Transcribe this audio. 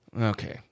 Okay